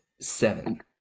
seven